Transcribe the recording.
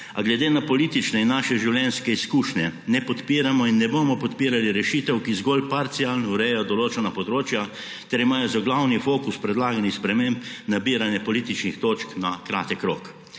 A glede na politične in naše življenjske izkušnje ne podpiramo in ne bomo podpirali rešitev, ki zgolj parcialno urejajo določena področja ter imajo za glavni fokus predlaganih sprememb nabiranje političnih točk na kratek rok.